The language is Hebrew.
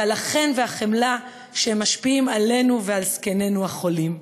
ועל החן והחמלה שהם משפיעים עלינו ועל זקנינו החולים.